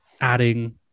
Adding